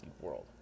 world